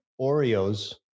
Oreos